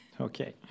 Okay